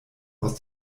aus